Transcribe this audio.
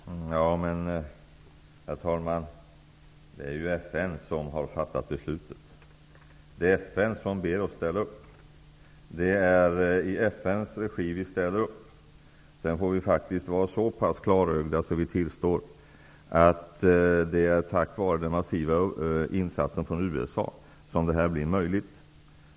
Herr talman! Det är ju FN som har fattat beslutet och ber oss ställa upp. Och det är i FN:s regi som vi ställer upp. Vi måste vara så pass klara över det hela att vi tillstår att det är tack vare den massiva insatsen från USA som detta är möjligt.